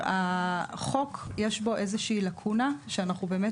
החוק יש בו איזושהי לקונה שאנחנו באמת